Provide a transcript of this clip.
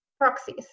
proxies